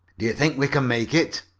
do you think we can make it?